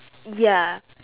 ya